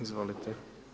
Izvolite.